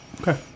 Okay